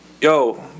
yo